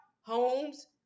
homes